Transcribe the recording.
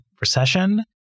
Recession